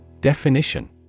Definition